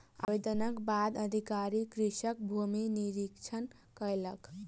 आवेदनक बाद अधिकारी कृषकक भूमि निरिक्षण कयलक